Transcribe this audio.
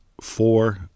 four